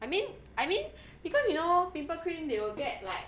I mean I mean because you know pimple cream they will get like